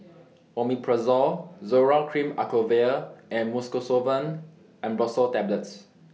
Omeprazole Zoral Cream Acyclovir and Mucosolvan Ambroxol Tablets